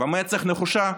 במצח נחושה?